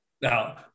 Now